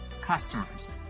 customers